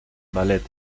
ballet